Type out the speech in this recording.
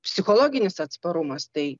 psichologinis atsparumas tai